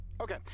Okay